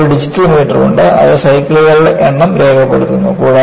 നമുക്ക് ഒരു digital meter ഉണ്ട് അത് സൈക്കിളുകളുടെ എണ്ണം രേഖപ്പെടുത്തുന്നു